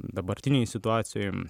dabartinėj situacijoj